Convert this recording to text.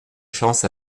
chance